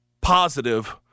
positive